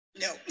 No